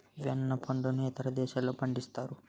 వెన్న పండును ఇతర దేశాల్లో పండిస్తారు